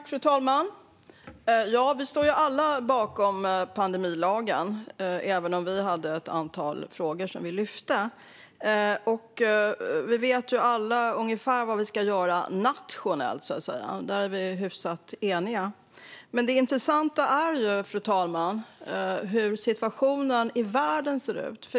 Fru talman! Alla står bakom pandemilagen, även om vi hade ett antal frågor. Alla vet ungefär vad de ska göra nationellt. Där råder hyfsad enighet. Det intressanta är hur situationen i världen ser ut.